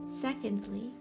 secondly